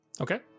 Okay